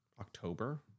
October